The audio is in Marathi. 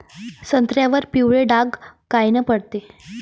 संत्र्यावर पिवळे डाग कायनं पडते?